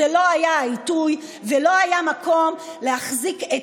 זה לא היה העיתוי ולא היה מקום להחזיק את